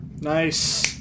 Nice